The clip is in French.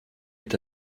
est